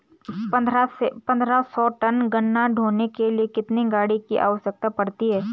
पन्द्रह सौ टन गन्ना ढोने के लिए कितनी गाड़ी की आवश्यकता पड़ती है?